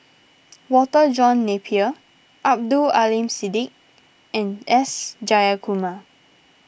Walter John Napier Abdul Aleem Siddique and S Jayakumar